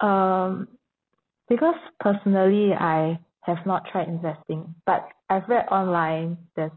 um because personally I have not tried investing but I've read online there's